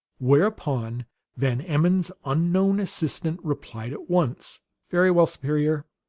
whereupon van emmon's unknown assistant replied at once very well, superior.